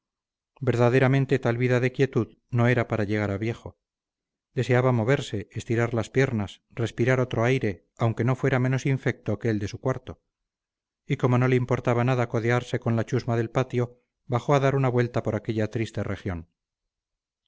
verdaderamente tal vida de quietud no era para llegar a viejo deseaba moverse estirar las piernas respirar otro aire aunque no fuera menos infecto que el de su cuarto y como no le importaba nada codearse con la chusma del patio bajó a dar una vuelta por aquella triste región